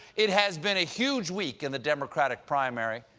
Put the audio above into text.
it has been a huge week in the democratic primary.